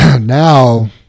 Now